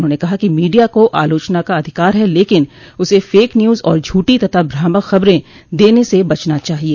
उन्होंने कहा कि मीडिया को आलोचना का अधिकार है लेकिन उसे फेक न्यूज और झूठी तथा भ्रामक खबरें देने से बचना चाहिए